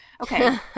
Okay